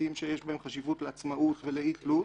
בהיבטים שיש בהם חשיבות לעצמאות ולאי-תלות,